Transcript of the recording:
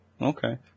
Okay